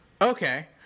Okay